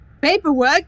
paperwork